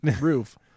roof